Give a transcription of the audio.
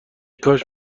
کاش